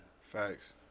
facts